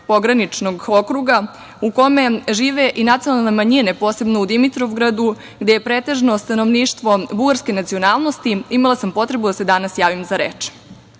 pograničnog okruga u kome žive i nacionalne manjine, posebno u Dimitrovgradu, gde je pretežno stanovništvo bugarske nacionalnosti, imala sam potrebu da se danas javim za